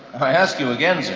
i ask you again, sir,